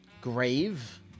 grave